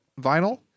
vinyl